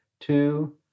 Two